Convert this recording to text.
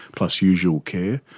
plus usual care,